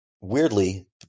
weirdly